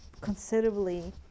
considerably